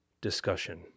discussion